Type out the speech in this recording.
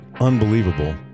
unbelievable